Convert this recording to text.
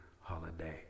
Holiday